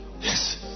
Yes